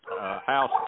house